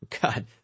God